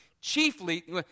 Chiefly